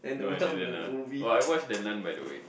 no I didn't lah oh I watch Dennon but the way